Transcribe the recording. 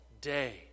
day